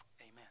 Amen